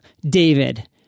David